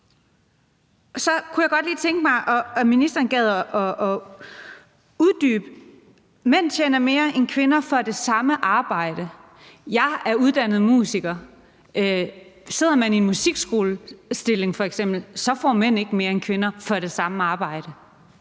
Så kunne jeg godt lige tænke mig at høre, om ministeren gad at uddybe det med, at mænd tjener mere end kvinder for det samme arbejde. Jeg er uddannet musiker. Sidder man i en musikskolestilling f.eks., får mænd ikke mere end kvinder for det samme arbejde.